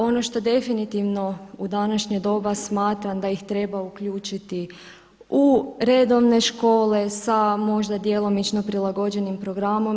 Ono što definitivno u današnje doba smatram da ih treba uključiti u redovne škole sa možda djelomično prilagođenim programom.